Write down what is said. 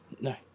No